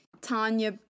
Tanya